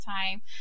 time